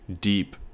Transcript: deep